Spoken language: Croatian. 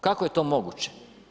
Kako je to moguće?